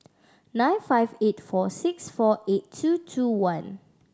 nine five eight four six four eight two two one